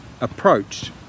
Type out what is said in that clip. approached